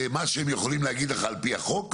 מה שהם יכולים להגיד לך על פי החוק,